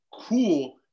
cool